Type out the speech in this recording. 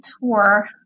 tour